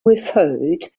referred